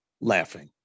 laughing